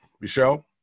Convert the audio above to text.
Michelle